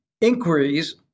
inquiries